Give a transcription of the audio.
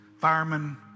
firemen